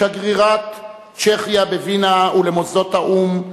שגרירת צ'כיה בווינה ולמוסדות האו"ם,